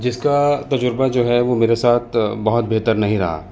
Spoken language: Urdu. جس کا تجربہ جو ہے وہ میرے ساتھ بہت بہتر نہیں رہا